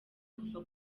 kuva